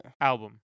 Album